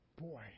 boy